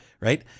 right